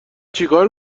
چیکار